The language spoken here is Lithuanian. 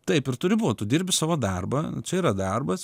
taip ir turi būt tu dirbi savo darbą čia yra darbas